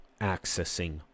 accessing